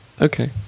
Okay